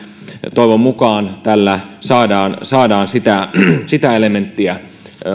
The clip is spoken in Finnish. toivon mukaan saadaan saadaan sitä sitä elementtiä